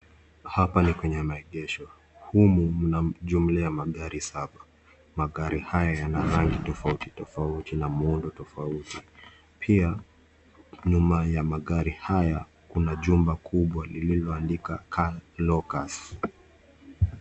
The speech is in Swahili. Hapa ni kwenye maegesho humu mna jumla ya magari saba, magari haya yana rangi tofauti tofauti na muundo tofauti pia nyuma ya magari haya kuna jumba kubwa lililo andikwa Car lokers.